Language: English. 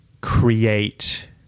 create